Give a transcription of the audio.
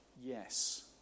yes